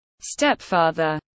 stepfather